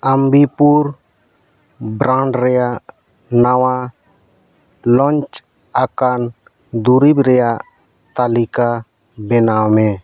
ᱟᱢᱵᱤᱯᱩᱨ brand ᱨᱮᱭᱟᱜ ᱱᱟᱣᱟ launch ᱟᱠᱟᱱ ᱫᱩᱨᱤᱵᱽ ᱨᱮᱭᱟᱜ ᱛᱟᱞᱤᱠᱟ ᱵᱮᱱᱟᱣ ᱢᱮ